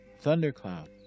Thundercloud